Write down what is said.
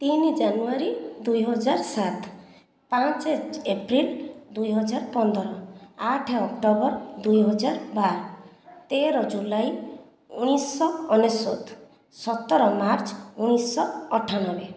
ତିନି ଜାନୁଆରୀ ଦୁଇ ହଜାର ସାତ ପାଞ୍ଚ ଏପ୍ରିଲ ଦୁଇ ହଜାର ପନ୍ଦର ଆଠ ଅକ୍ଟୋବର ଦୁଇ ହଜାର ବାର ତେର ଜୁଲାଇ ଉଣେଇଶ ଶହ ଅନେଶତ ସତର ମାର୍ଚ୍ଚ ଉଣେଇଶ ଶହ ଅଠାନବେ